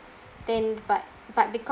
then but but because